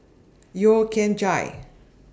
Yeo Kian Chai